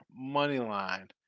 Moneyline